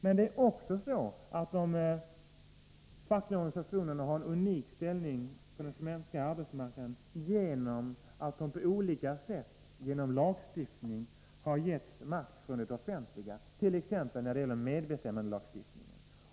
Men det är också så att de fackliga organisationerna har en unik ställning på den svenska arbetsmarknaden på grund av att de på olika sätt genom lagstiftning har getts makt från det offentliga, t.ex. när det gäller medbestämmandelagstiftningen.